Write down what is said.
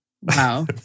Wow